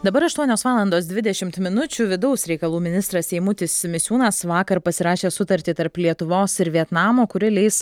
dabar aštuonios valandos dvidešimt minučių vidaus reikalų ministras eimutis misiūnas vakar pasirašė sutartį tarp lietuvos ir vietnamo kuri leis